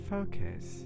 Focus